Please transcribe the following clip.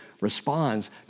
responds